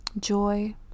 joy